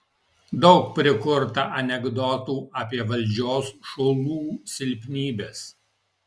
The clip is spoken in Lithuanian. daug prikurta anekdotų apie valdžios šulų silpnybes